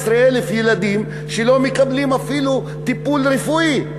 17,000 ילדים לא מקבלים אפילו טיפול רפואי,